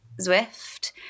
Zwift